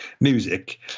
music